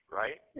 right